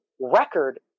record